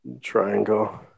Triangle